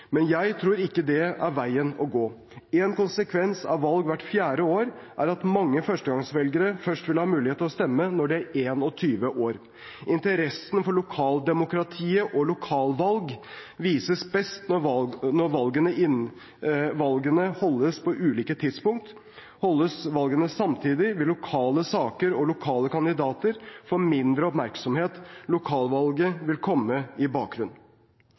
Men jeg tror ikke det er veien å gå. En konsekvens av valg hvert fjerde år er at mange førstegangsvelgere først vil få mulighet til å stemme når de er 21 år. Interessen for lokaldemokratiet og lokalpolitikken vises best når valgene holdes på ulike tidspunkt. Holdes valgene samtidig, vil lokale saker og lokale kandidater få mindre oppmerksomhet. Lokalvalget vil komme i